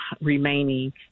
remaining